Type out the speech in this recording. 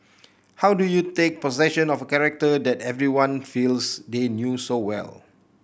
how do you take possession of a character that everyone feels they knew so well